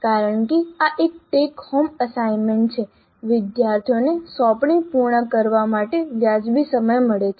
કારણ કે આ ટેક હોમ અસાઇનમેન્ટ છે વિદ્યાર્થીઓને સોંપણી પૂર્ણ કરવા માટે વાજબી સમય મળે છે